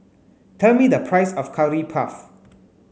tell me the price of curry puff